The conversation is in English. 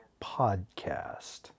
podcast